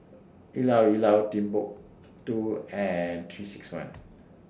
Llao Llao Timbuk two and three six one